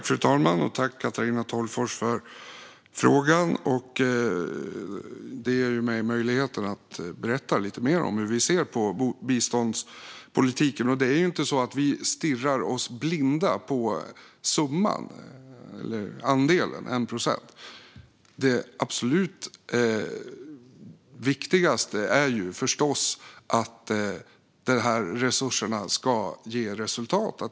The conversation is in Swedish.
Fru talman! Jag tackar Katarina Tolgfors för frågorna, som ger mig möjlighet att berätta lite mer om hur vi ser på biståndspolitiken. Det är inte så att vi stirrar oss blinda på summan eller på andelen 1 procent. Det absolut viktigaste är förstås att resurserna ger resultat.